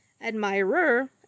Admirer